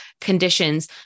conditions